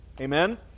amen